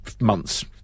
months